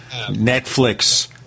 netflix